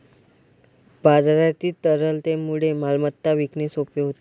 बाजारातील तरलतेमुळे मालमत्ता विकणे सोपे होते